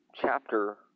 chapter